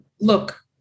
look